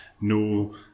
no